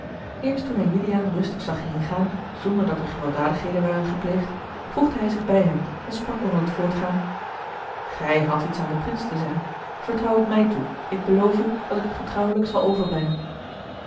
eerst toen hij juliaan rustig zag heengaan zonderdat er gewelddadigheden waren gepleegd voegde hij zich bij hem en sprak onder het voortgaan gij hadt iets aan den prins te zeggen vertrouw het mij toe ik beloof u dat ik het getrouwelijk zal overbrengen